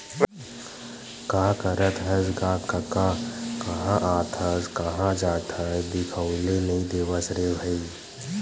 का करत हस गा कका काँहा आथस काँहा जाथस दिखउले नइ देवस रे भई?